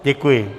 Děkuji.